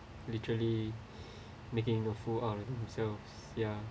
literally making a fool out of themselves ya